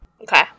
Okay